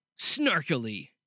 snarkily